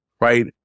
right